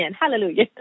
Hallelujah